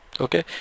okay